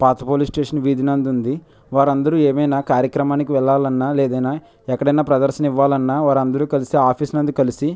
పాత police station వీధి నందు ఉంది వారు అందరు ఏమైన కార్యక్రమానికి వెళ్ళాలన్న ఏదైన ఎక్కడైన ప్రదర్శన ఇవ్వాలన్న వారు అందరు కలిసి ఆఫీస్ నందు కలిసి